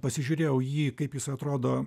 pasižiūrėjau jį kaip jis atrodo